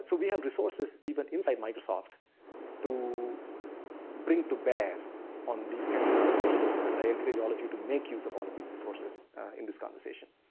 so we have resources even inside microsoft to bring to bare on these kinds of conversations, and i encourage all of you to make use of all of these resources in this conversation.